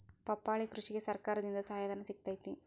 ಪಪ್ಪಾಳಿ ಕೃಷಿಗೆ ಸರ್ಕಾರದಿಂದ ಸಹಾಯಧನ ಸಿಗತೈತಿ